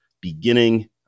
beginning